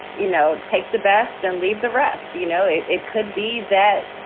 you know, take the best and leave the rest. you know, it it could be that,